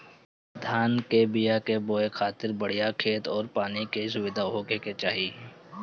धान कअ बिया के बोए खातिर बढ़िया खेत अउरी पानी के सुविधा होखे के चाही